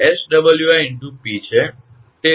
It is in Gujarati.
તેથી તે 𝐹 𝑆𝑤𝑖 × 𝑝 છે